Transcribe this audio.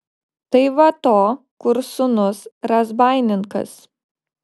tai va to kur sūnus razbaininkas